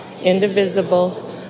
indivisible